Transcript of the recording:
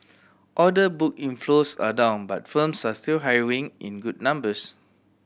order book inflows are down but firms are still hiring in good numbers